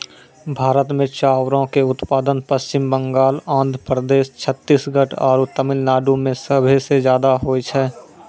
भारत मे चाउरो के उत्पादन पश्चिम बंगाल, आंध्र प्रदेश, छत्तीसगढ़ आरु तमिलनाडु मे सभे से ज्यादा होय छै